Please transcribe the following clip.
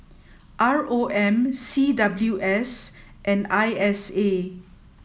R O M C W S and I S A